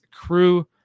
Crew